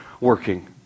working